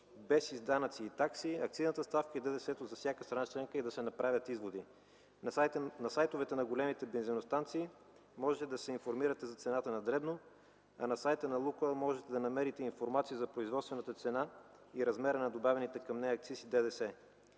без данъци и такси, акцизната ставка и ДДС то за всяка страна членка, и да се направят изводи. На сайтовете на големите бензиностанции може да се информирате за цената на дребно, а на сайта на „Лукойл” можете да намерите информация за производствената цена и размера на добавените към нея акциз и ДДС.